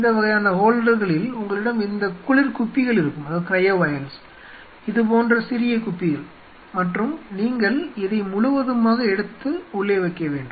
இந்த வகையான ஹோல்டர்களில் உங்களிடம் இந்த குளிர்குப்பிகள் இருக்கும் இது போன்ற சிறிய குப்பிகள் மற்றும் நீங்கள் இதை முழுவதுமாக எடுத்து உள்ளே வைக்க வேண்டும்